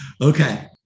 Okay